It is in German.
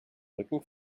rücken